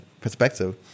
perspective